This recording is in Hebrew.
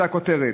שזו הכותרת,